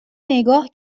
نگاه